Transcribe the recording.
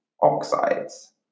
oxides